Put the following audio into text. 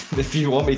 if you want but